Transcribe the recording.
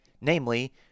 namely